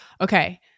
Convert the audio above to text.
okay